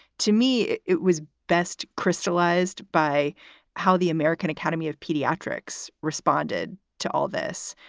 to me, it was best crystallized by how the american academy of pediatrics responded to all this,